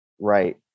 right